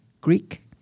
Greek